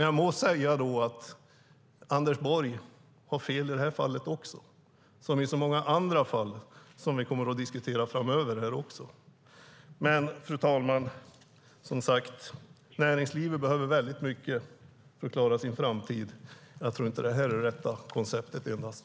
Jag måste säga att Anders Borg har fel i det här fallet också, som i så många andra fall som vi kommer att diskutera framöver. Fru talman! Näringslivet behöver som sagt mycket för att klara sin framtid. Jag tror inte att det här är det rätta konceptet.